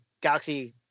Galaxy